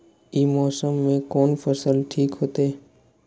ई मौसम में कोन फसल ठीक होते?